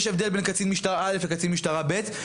יש הבדל בין קצין משטרה אלף לקצין משטרה בית.